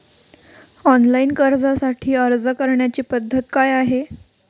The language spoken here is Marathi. ऑनलाइन कर्जासाठी अर्ज करण्याची पद्धत काय आहे?